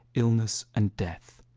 illness and death.